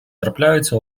трапляються